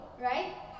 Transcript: right